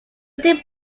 still